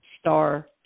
star